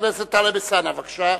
חבר הכנסת טלב אלסאנע, בבקשה.